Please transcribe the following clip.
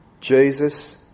Jesus